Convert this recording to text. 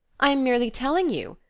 i am merely telling you!